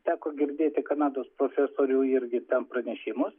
teko girdėti kanados profesorių irgi ten pranešimus